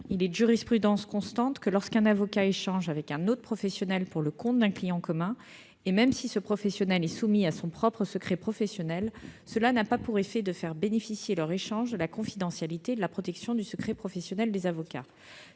Il est de jurisprudence constante que, lorsqu'un avocat échange avec un autre professionnel pour le compte d'un client commun, et même si ce professionnel est soumis à son propre secret professionnel, cela n'a pas pour effet de faire bénéficier leur échange de la confidentialité et de la protection offertes par le secret professionnel des avocats.